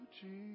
Jesus